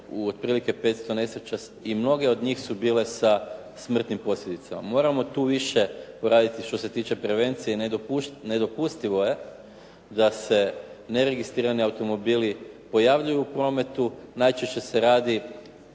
u otprilike 500 nesreća i mnoge od njih su bile sa smrtnim posljedicama. Moramo tu više poraditi što se tiče prevencije. I nedopustivo je da se neregistrirani automobili pojavljuju u prometu. Najčešće se radi